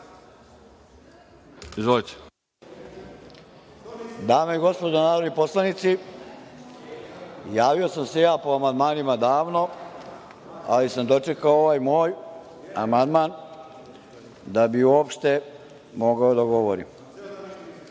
Dame i gospodo narodni poslanici, javio sam se ja po amandmanima davno, ali sam dočekao ovaj moj amandman da bi uopšte mogao da govorim.